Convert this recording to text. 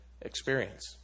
experience